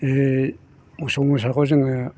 ए मोसौ मोसाखौ जोङो